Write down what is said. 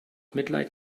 mitleid